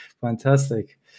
fantastic